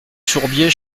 sourbier